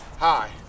Hi